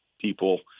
people